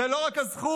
זה לא רק הזכות,